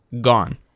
gone